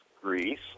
Greece